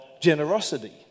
generosity